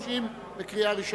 אחרת תצטרכו 50 בקריאה ראשונה.